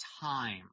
time